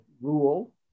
rule